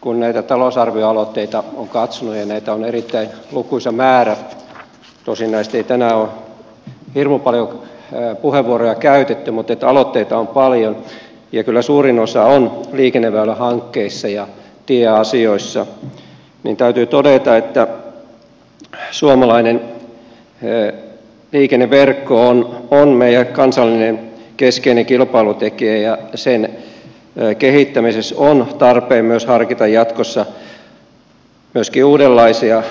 kun näitä talousarvioaloitteita on katsonut ja näitä on erittäin lukuisa määrä tosin näistä ei tänään ole hirmu paljon puheenvuoroja käytetty mutta aloitteita on paljon ja kyllä suurin osa on liikenneväylähankkeissa ja tieasioissa niin täytyy todeta että suomalainen liikenneverkko on meidän kansallinen keskeinen kilpailutekijä ja sen kehittämisessä on tarpeen harkita jatkossa myöskin uudenlaisia